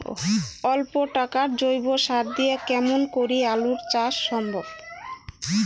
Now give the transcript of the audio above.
অল্প টাকার জৈব সার দিয়া কেমন করি আলু চাষ সম্ভব?